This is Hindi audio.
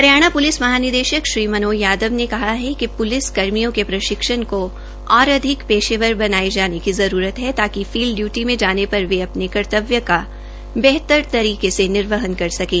हरियाणा प्लिस महानिदेशक श्री मनोज यादव ने कहा कि प्लिसकर्मियों के प्रशिक्षण को और अधिक पेशेवर बनाये जाने की जरूरत है ताकि फील्ड डयूटी में जाने पर वे अपने कर्तव्य का बेहतर तरीके से निर्वहन कर सकें